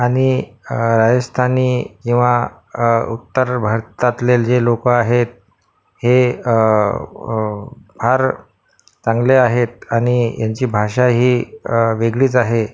आणि राजस्थानी जेव्हा उत्तर भारतातले जे लोकं आहेत हे फार चांगले आहेत आणि यांची भाषा ही वेगळीच आहे